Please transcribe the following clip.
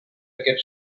aquest